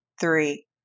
three